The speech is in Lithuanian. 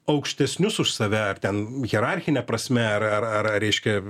aukštesnius už save ar ten hierarchine prasme ar ar ar reiškia